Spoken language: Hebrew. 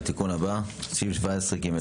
התיקון הבא סעיף 17(ג).